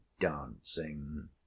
dancing